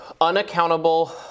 Unaccountable